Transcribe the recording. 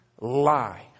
lie